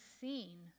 seen